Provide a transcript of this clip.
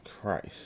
Christ